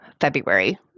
february